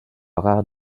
rare